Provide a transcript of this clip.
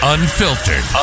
Unfiltered